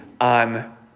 on